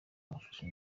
hafashwe